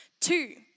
Two